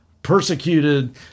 Persecuted